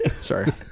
Sorry